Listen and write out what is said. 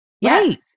Yes